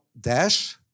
Dash